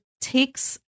takes